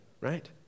right